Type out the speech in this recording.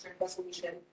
resolution